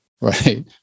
right